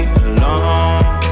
alone